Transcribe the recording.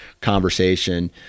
conversation